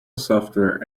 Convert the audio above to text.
software